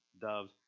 doves